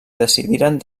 decidiren